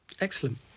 Excellent